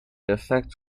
effect